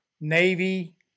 Navy